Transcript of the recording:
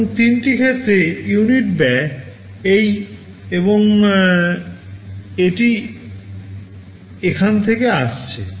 এবং তিনটি ক্ষেত্রে ইউনিট ব্যয় এই এবং এটি এখান থেকে আসছে